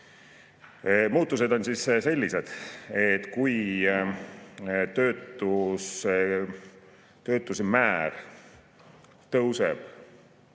Muudatused on sellised, et kui töötuse määr tõuseb